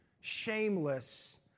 shameless